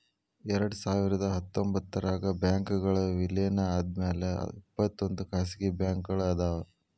ಎರಡ್ಸಾವಿರದ ಹತ್ತೊಂಬತ್ತರಾಗ ಬ್ಯಾಂಕ್ಗಳ್ ವಿಲೇನ ಆದ್ಮ್ಯಾಲೆ ಇಪ್ಪತ್ತೊಂದ್ ಖಾಸಗಿ ಬ್ಯಾಂಕ್ಗಳ್ ಅದಾವ